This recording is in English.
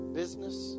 business